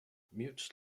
mutes